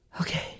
okay